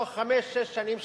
בתוך חמש-שש שנים,